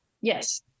Yes